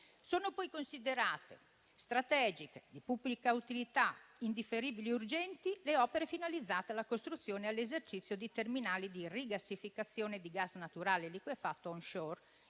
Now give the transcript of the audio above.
Sono poi considerate strategiche, di pubblica utilità, indifferibili e urgenti le opere finalizzate alla costruzione e all'esercizio di terminali di rigassificazione di gas naturale e liquefatto *onshore*,